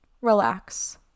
relax